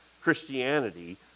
Christianity